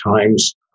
times